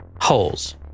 holes